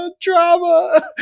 Drama